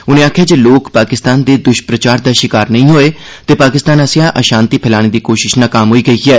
उनें आक्खेया जे लोक पाकिस्तान दे द्ष प्रचार दा शिकार नैंई होए ते पाकिस्तान आस्सेया अशांति फैलाने दी कोशिश नाकाम होई गेई ऐ